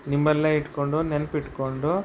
ನಿಮ್ಮಲ್ಲೆ ಇಟ್ಟುಕೊಂಡು ನೆನ್ಪು ಇಟ್ಕೊಂಡು